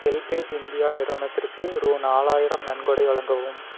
HelpAge India நிறுவனத்திற்கு ரூ நாலாயிரம் நன்கொடை வழங்கவும்